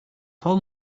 paul